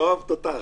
יואב תותח.